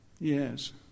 Yes